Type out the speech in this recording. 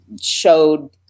showed